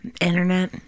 Internet